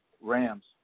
Rams